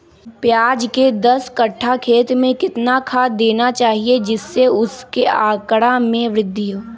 प्याज के दस कठ्ठा खेत में कितना खाद देना चाहिए जिससे उसके आंकड़ा में वृद्धि हो?